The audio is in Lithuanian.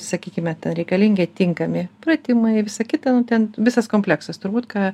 sakykime ten reikalingi tinkami pratimai visa kita nu ten visas kompleksas turbūt ką